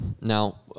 Now